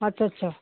ਅੱਛਾ ਅੱਛਾ